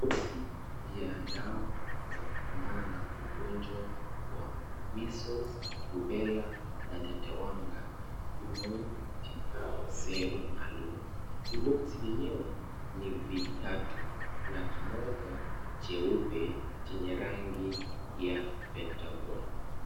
Viboksi vya dawa za kupambana na ugonjwa wa Measles, Rubella na tetewanga zimewekwa katika sehemu maalum. Viboksi vyenyewe ni vitatu na kimoja cheupe chenye rangi ya pentagon .